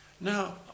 Now